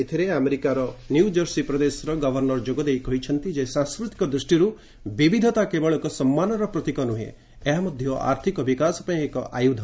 ଏଥିରେ ଆମେରିକାର New Jersey ପ୍ରଦେଶର ଗଭର୍ଷର ଯୋଗଦେଇ କହିଛନ୍ତି ସାଂସ୍କୃତିକ ଦୂଷ୍ଟିରୁ ବିବିଧତା କେବଳ ଏକ ସମ୍ମାନର ପ୍ରତୀକ ନୁହେଁ ଏହା ମଧ୍ୟ ଆର୍ଥକ ବିକାଶପାଇଁ ଏକ ଆୟୁଧ